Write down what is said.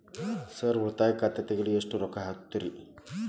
Sir ಉಳಿತಾಯ ಖಾತೆ ತೆರೆಯಲು ಎಷ್ಟು ರೊಕ್ಕಾ ಆಗುತ್ತೇರಿ?